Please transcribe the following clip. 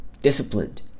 disciplined